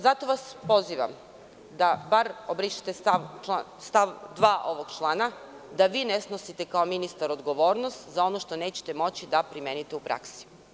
Zato vas pozivam da bar obrišete stav 2. ovog člana, da vi ne snosite kao ministar odgovornost za oni što nećete moći da primenite u praksi.